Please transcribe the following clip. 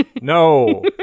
no